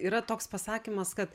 yra toks pasakymas kad